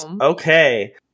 Okay